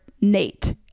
Nate